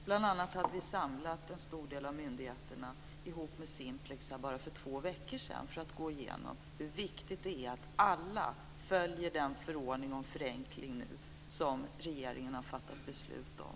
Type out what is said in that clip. Bl.a. samlade vi en stor del av myndigheterna tillsammans med Simplex för bara två veckor sedan för att gå igenom hur viktigt det är att alla följer den förordning om förenkling som regeringen har fattat beslut om.